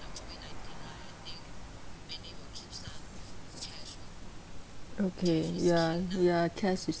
okay ya ya cash is